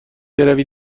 بروی